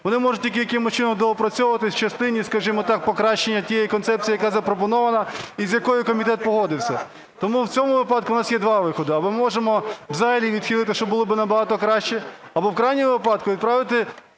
Вони можуть тільки якимось чином доопрацьовуватись в частині, скажімо так, покращання тієї концепції, яка запропонована і з якою комітет погодився. Тому в цьому випадку у нас є два виходи: або можемо взагалі відхилити, що було би набагато краще, або, в крайньому випадку, відправити